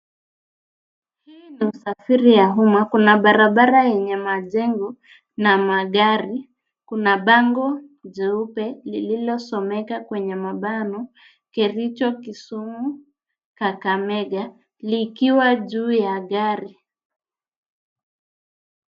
Hii ni usafiri ya umma. Kuna barabara yenye majengo na magari, kuna bango jeupe, lililosomeka kwenye mabano, Kericho, Kisumu, Kakamega, likiwa juu ya gari.